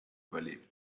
überlebt